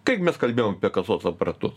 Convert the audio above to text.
kiek mes kalbėjom apie kasos aparatus